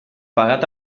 pagat